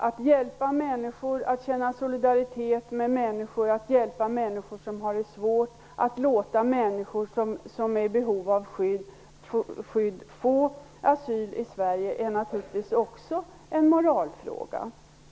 Att hjälpa människor som har det svårt, att känna solidaritet, att låta människor som är i behov av skydd få asyl i Sverige är naturligtvis också en moralfråga.